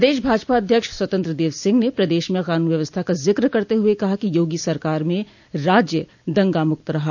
प्रदेश भाजपा अध्यक्ष स्वतंत्र देव सिंह ने प्रदेश में कानून व्यवस्था का जिक्र करते हुए कहा कि योगो सरकार में राज्य दंगा मुक्त रहा